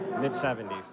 Mid-70s